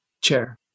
chair